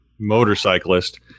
motorcyclist